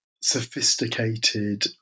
sophisticated